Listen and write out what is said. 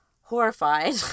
horrified